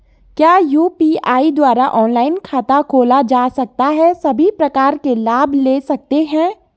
क्या यु.पी.आई द्वारा ऑनलाइन खाता खोला जा सकता है सभी प्रकार के लाभ ले सकते हैं?